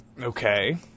Okay